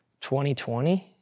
2020